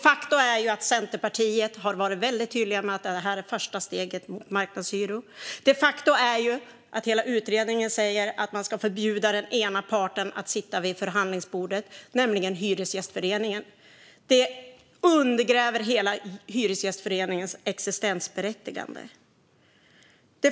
Faktum är att man från Centerpartiet har varit väldigt tydliga med att det här är första steget mot marknadshyror. Faktum är att hela utredningen säger att man ska förbjuda den ena parten att sitta vid förhandlingsbordet, nämligen Hyresgästföreningen, vilket undergräver hela dess existensberättigande.